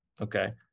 okay